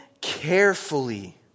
carefully